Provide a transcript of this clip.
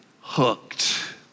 hooked